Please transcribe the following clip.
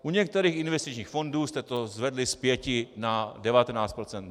U některých investičních fondů jste to zvedli z 5 na 19 %.